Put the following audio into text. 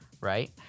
right